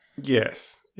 Yes